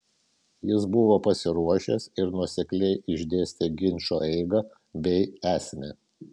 jis buvo pasiruošęs ir nuosekliai išdėstė ginčo eigą bei esmę